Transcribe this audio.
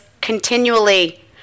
continually